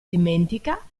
dimentica